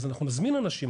אנחנו נזמין אנשים.